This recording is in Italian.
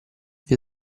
via